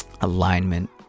alignment